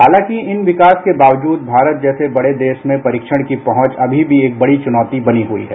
हालांकि इन विकास के बावजूद भारत जैसे बडे देश में परीक्षण की पहुंच अभी भी एक बड़ी चुनौती बनी हुई है